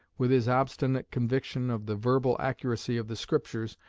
with his obstinate conviction of the verbal accuracy of the scriptures,